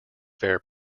fair